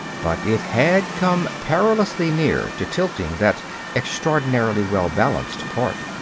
but it had come perilously near to tilting that extraordinarily well-balanced part.